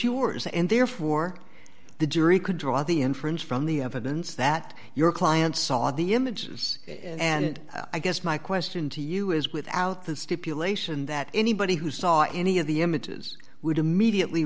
yours and therefore the jury could draw the inference from the evidence that your client saw the images and i guess my question to you is without the stipulation that anybody who saw any of the images would immediately